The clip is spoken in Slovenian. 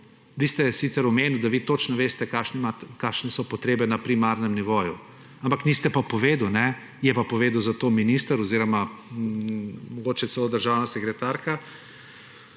Vi ste sicer omenili, da vi točno veste, kakšne so potrebe na primarnem nivoju, ampak niste pa povedali, je pa povedal zato minister oziroma mogoče celo državna sekretarka